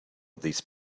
these